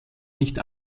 nicht